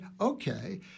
okay